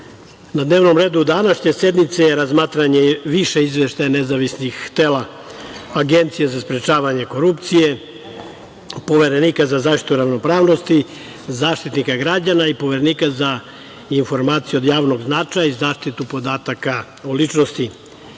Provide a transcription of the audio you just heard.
dnevnom redu današnje sednice razmatranje je više izveštaja nezavisnih tela, Agencija za sprečavanje korupcije, Poverenika za zaštitu ravnopravnosti, Zaštitnika građana i Poverenika za informacije od javnog značaja i zaštitu podataka o ličnosti. Na